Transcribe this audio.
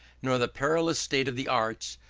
nor the parlous state of the arts,